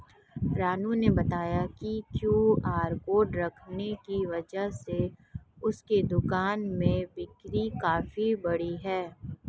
रानू ने बताया कि क्यू.आर कोड रखने की वजह से उसके दुकान में बिक्री काफ़ी बढ़ी है